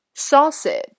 Sausage